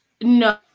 No